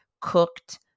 cooked